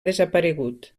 desaparegut